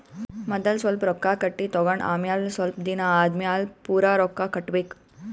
ಮದಲ್ ಸ್ವಲ್ಪ್ ರೊಕ್ಕಾ ಕಟ್ಟಿ ತಗೊಂಡ್ ಆಮ್ಯಾಲ ಸ್ವಲ್ಪ್ ದಿನಾ ಆದಮ್ಯಾಲ್ ಪೂರಾ ರೊಕ್ಕಾ ಕಟ್ಟಬೇಕ್